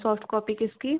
soft copy किसकी